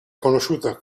conosciuta